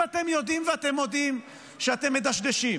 אם אתם יודעים ואתם מודים שאתם מדשדשים,